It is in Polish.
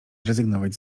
rezygnować